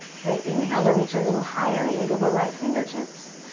great, inhale to reach a little higher. wiggle the right fingertips.